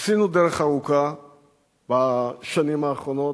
עשינו דרך ארוכה בשנים האחרונות,